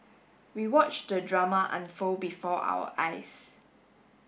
we watched the drama unfold before our eyes